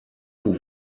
pour